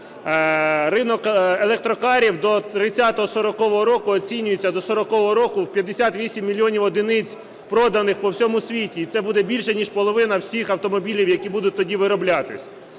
Ринок електрокарів до 30-40-го року оцінюється у 58 мільйонів одиниць проданих по всьому світі, і це буде більше ніж половина всіх автомобілів, які будуть тоді вироблятись.